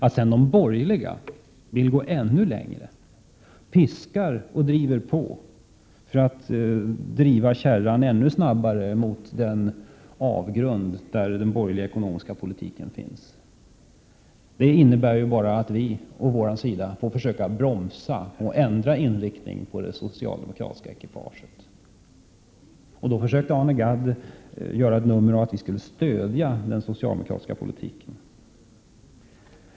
Att sedan de borgerliga vill gå ännu längre och piskar och driver på för att få kärran att gå snabbare mot den avgrund där den borgerliga ekonomiska politiken finns, innebär bara att vi på vår sida får försöka bromsa och ändra inriktningen på det socialdemokratiska ekipaget. Arne Gadd försökte göra ett nummer av att vi skulle stödja den socialdemokratiska politiken.